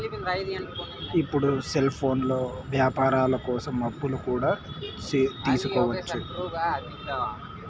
ఇప్పుడు సెల్ఫోన్లో వ్యాపారాల కోసం అప్పులు కూడా తీసుకోవచ్చు